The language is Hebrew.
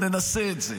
ננסה את זה.